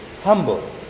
humble